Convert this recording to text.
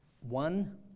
One